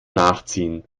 nachziehen